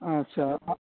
আচ্ছা আ